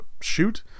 shoot